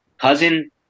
Cousin